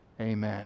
amen